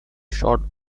shot